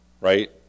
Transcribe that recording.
right